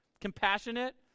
compassionate